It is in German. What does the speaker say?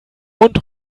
und